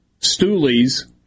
stoolies